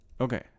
okay